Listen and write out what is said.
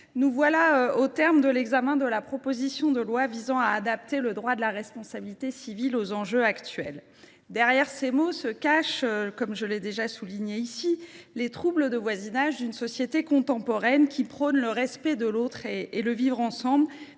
nous voilà au terme de l’examen de la proposition de loi visant à adapter le droit de la responsabilité civile aux enjeux actuels. Derrière ces mots se cachent les troubles de voisinage dans une société contemporaine, qui prône le respect de l’autre et le vivre ensemble,